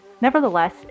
Nevertheless